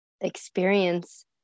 experience